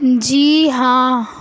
جی ہاں